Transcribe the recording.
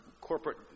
corporate